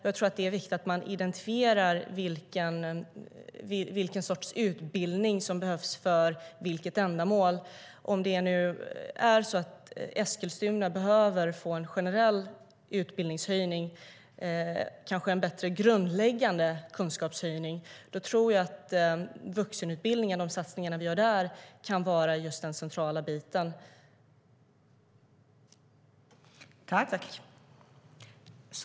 Jag tror att det är viktigt att man identifierar vilken sorts utbildning som behövs för vilket ändamål. Om det nu är så att Eskilstuna behöver få en generell utbildningshöjning, kanske en bättre grundläggande kunskapshöjning, tror jag att vuxenutbildningen och de satsningar vi gör där kan vara just den centrala biten.